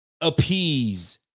appease